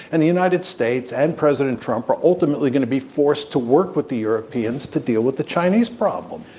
and the united states and president trump are ultimately going to be forced to work with the europeans to deal with the chinese problem.